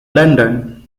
london